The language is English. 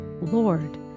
Lord